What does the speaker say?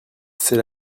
c’est